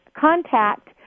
contact